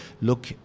look